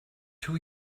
two